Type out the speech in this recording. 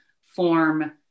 form